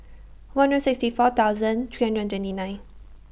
one hundred sixty four thousand three hundred and twenty nine